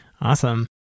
Awesome